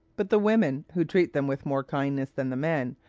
but the women, who treat them with more kindness than the men,